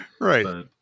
right